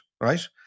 right